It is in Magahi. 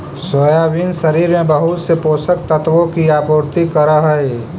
सोयाबीन शरीर में बहुत से पोषक तत्वों की आपूर्ति करअ हई